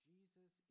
Jesus